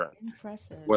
impressive